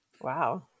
Wow